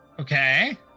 Okay